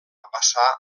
passar